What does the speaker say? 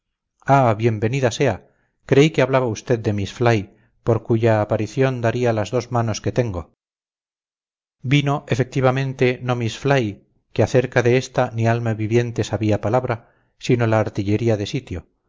venida sea creí que hablaba usted de miss fly por cuya aparición daría las dos manos que tengo vino efectivamente no miss fly que acerca de esta ni alma viviente sabía palabra sino la artillería de sitio